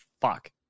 fuck